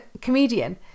comedian